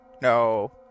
No